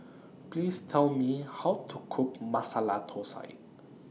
Please Tell Me How to Cook Masala Thosai